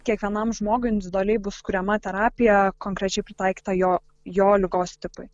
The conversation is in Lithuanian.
kiekvienam žmogui individualiai bus kuriama terapija konkrečiai pritaikyta jo jo ligos tipui